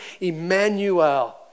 Emmanuel